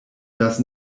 does